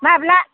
माब्ला